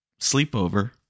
sleepover